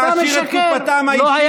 כדי להעשיר את קופתם האישית.